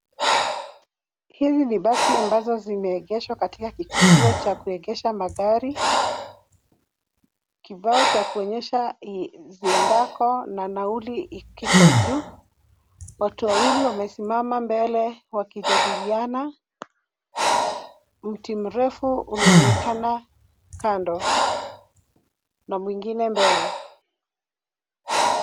Hizi ni basi ambazo zime egeshwa katika kituo cha magari, kibao kinaonyesha viendako na nauli kiko juu, watu wamesimama mbele wakijadiliana, mti mrefu unaonekana kando na mwingine mbele.